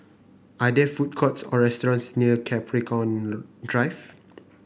are there food courts or restaurants near Capricorn Drive